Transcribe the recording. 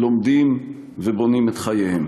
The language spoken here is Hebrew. לומדים ובונים את חייהם.